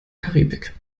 karibik